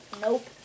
Nope